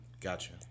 Gotcha